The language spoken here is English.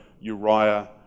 Uriah